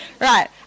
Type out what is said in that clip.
Right